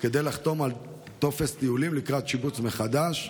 כדי לחתום על טופס טיולים לקראת שיבוץ מחדש.